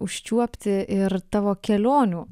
užčiuopti ir tavo kelionių